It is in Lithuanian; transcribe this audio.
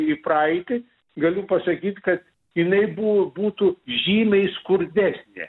į praeitį galiu pasakyt kad jinai bū būtų žymiai skurdesnė